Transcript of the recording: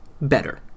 better